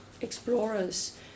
explorers